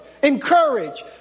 encourage